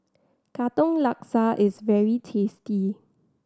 Katong Laksa is very tasty